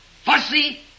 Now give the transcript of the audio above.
fussy